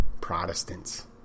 Protestants